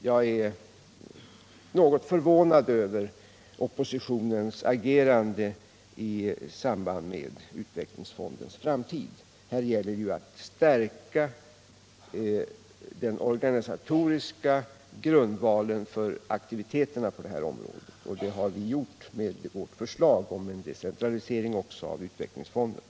Jag är något förvånad över oppositionens agerande beträffande utvecklingsfondens framtid. Här gäller det ju att stärka den organisatoriska grundvalen för aktiviteterna på området. Och det har vi gjort med vårt förslag om decentralisering också av utvecklingsfonden.